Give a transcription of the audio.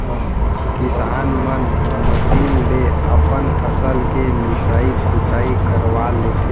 किसान मन मसीन ले अपन फसल के मिसई कुटई करवा लेथें